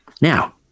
Now